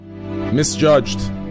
Misjudged